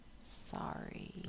sorry